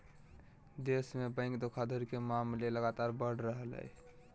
देश में बैंक धोखाधड़ी के मामले लगातार बढ़ रहलय